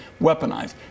weaponized